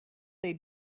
they